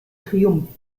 triumph